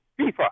FIFA